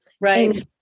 Right